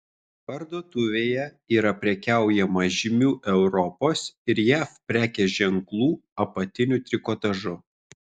parduotuvėje yra prekiaujama žymių europos ir jav prekės ženklų apatiniu trikotažu